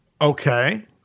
Okay